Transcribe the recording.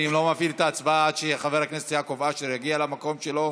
אני לא מפעיל את ההצבעה עד שחבר הכנסת יעקב אשר יגיע למקום שלו.